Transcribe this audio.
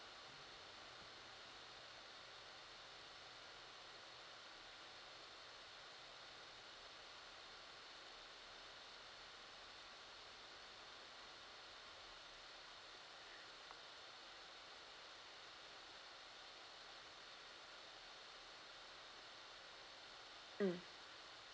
mm